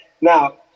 Now